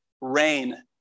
rain